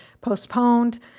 postponed